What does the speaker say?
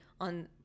on